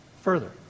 Further